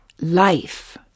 life